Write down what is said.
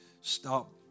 stop